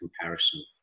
comparison